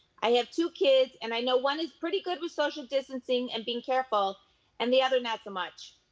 i have two kids and i know one is pretty good with social distancing and being careful and the other not so much.